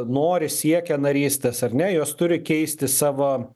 nori siekia narystės ar ne jos turi keisti savo